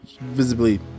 visibly